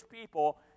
people